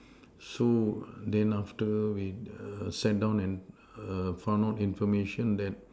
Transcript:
so then after we err sat down and err found out information that